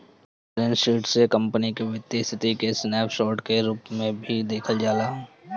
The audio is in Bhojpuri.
बैलेंस शीट से कंपनी के वित्तीय स्थिति के स्नैप शोर्ट के रूप में भी देखल जाला